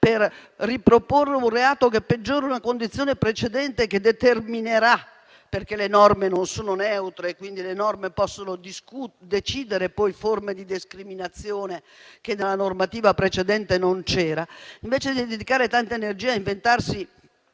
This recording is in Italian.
per riproporre un reato che peggiora una condizione precedente, perché le norme non sono neutre e possono decidere poi forme di discriminazione che nella normativa precedente non c'erano. Ebbene, invece di dedicare tanta energia a inventarsi